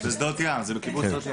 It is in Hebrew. בשדות ים, זה בקיבוץ שדות ים.